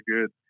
good